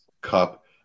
cup